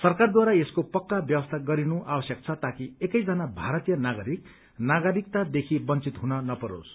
सरकारद्वारा यसको पक्का व्यवस्था गरिनु आवश्यक छ ताकि एकैजना भारतीय नागरिक नागरिकतादेखि वंचित हुन नपरोस्